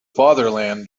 fatherland